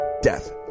death